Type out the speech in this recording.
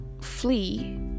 flee